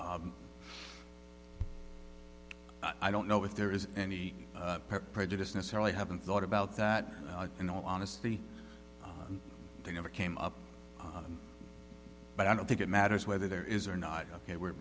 be i don't know if there is any prejudice necessarily i haven't thought about that in all honesty they never came up but i don't think it matters whether there is or not ok we're